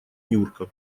нюрка